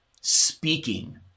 speaking